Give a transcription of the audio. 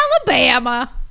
Alabama